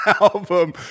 album